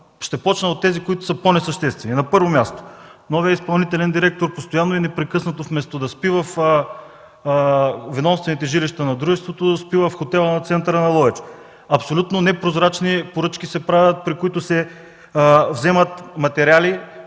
Ще започна от тези, които са по-несъществени. На първо място, новият изпълнителен директор постоянно и непрекъснато вместо да спи във ведомствените жилища на дружеството, спи в хотела на центъра на Ловеч. Абсолютно непрозрачни поръчки се правят, при които се вземат материали